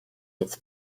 its